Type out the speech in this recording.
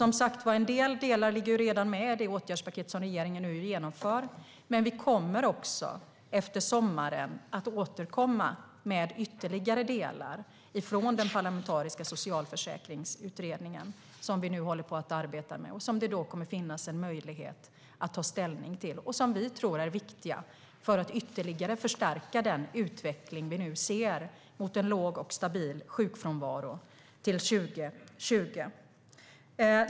Vissa delar finns redan med i det åtgärdspaket som regeringen nu genomför, men efter sommaren kommer vi också att återkomma med ytterligare delar från socialförsäkringsutredningen som vi tror är viktiga för att förstärka den utveckling om vi nu ser mot en låg och stabil sjukfrånvaro till 2020. Det kommer då att finnas en möjlighet att ta ställning till dessa förslag.